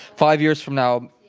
five years from now,